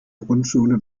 grundschule